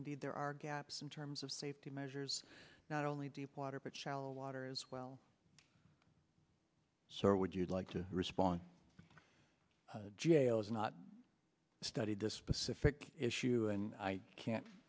indeed there are gaps in terms of safety measures not only deepwater but shallow water as well so would you like to respond jail's not studied to specific issue and i can't